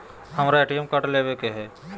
हमारा ATM card लेव के हई